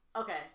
okay